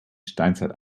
steinzeit